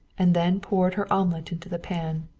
and then poured her omelet into the pan.